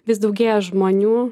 vis daugėja žmonių